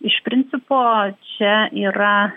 iš principo čia yra